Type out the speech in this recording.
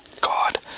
God